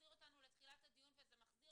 מחזיר אותנו לתחילת הדיון וזה מחזיר